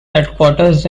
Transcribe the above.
headquarters